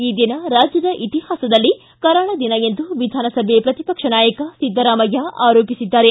ಈ ದಿನ ರಾಜ್ಯದ ಇತಿಹಾಸದಲ್ಲಿ ಕರಾಳ ದಿನ ಎಂದು ವಿಧಾನಸಭೆ ಪ್ರತಿಪಕ್ಷ ನಾಯಕ ಸಿದ್ದರಾಮಯ್ಯ ಆರೋಪಿಸಿದ್ದಾರೆ